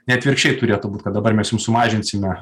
ne atvirkščiai turėtų būt kad dabar mes jum sumažinsime